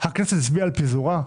הכנסת הצביעה על פיזורה,